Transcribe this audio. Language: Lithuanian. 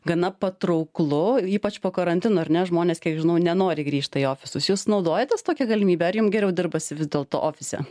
gana patrauklu ypač po karantino ar ne žmonės kiek žinau nenoriai grįžta į ofisus jūs naudojatės tokia galimybe ar jums geriau dirbas vis dėlto ofise